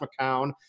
McCown